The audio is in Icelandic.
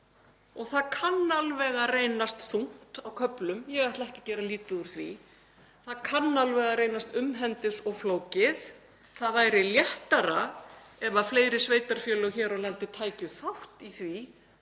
Það kann alveg að reynast þungt á köflum, ég ætla ekki að gera lítið úr því. Það kann að reynast umhendis og flókið. Það væri léttara ef fleiri sveitarfélög hér á landi tækju þátt í því